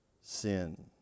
sin